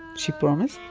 she promised.